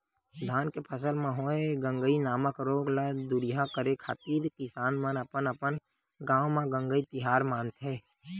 धान के फसल म होय गंगई नामक रोग ल दूरिहा करे खातिर किसान मन अपन अपन गांव म गंगई तिहार मानथे